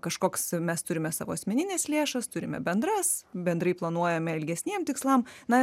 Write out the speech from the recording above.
kažkoks mes turime savo asmenines lėšas turime bendras bendrai planuojame ilgesniem tikslam na